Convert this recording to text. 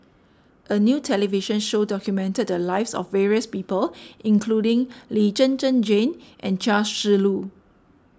a new television show documented the lives of various people including Lee Zhen Zhen Jane and Chia Shi Lu